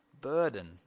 burden